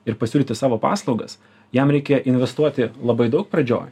ir pasiūlyti savo paslaugas jam reikia investuoti labai daug pradžioj